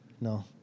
No